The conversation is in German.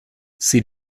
sie